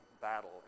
battle